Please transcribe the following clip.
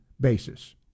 basis